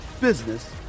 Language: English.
business